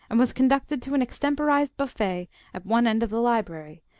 and was conducted to an extemporised buffet at one end of the library,